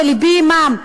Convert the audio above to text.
ולבי עמם,